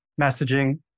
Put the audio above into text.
messaging